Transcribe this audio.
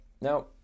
Now